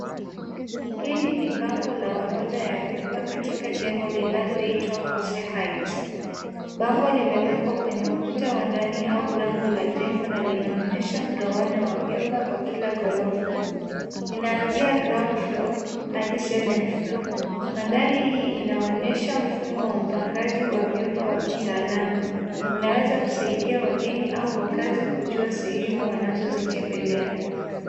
Hili ni bango la horodha ya vyumba katika jengo linaloitwa Kose Heights. Bango limewekwa kwenye ukuta wa ndani au lango la jengo na linaonyesha mgawanyo wa vyumba kila gorofa linaanzia [ground floor] hadi [seveth floor] .Mandhari hii inaonyesha mfumo wa upangaji wa vyumba wa kitahalamu unaweza kusaidia wageni au wakahazi kujuwa sehemu wanazozitembelea.